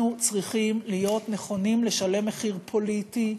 אנחנו צריכים להיות נכונים לשלם מחיר פוליטי.